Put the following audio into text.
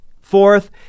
Fourth